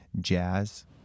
jazz